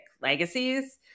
legacies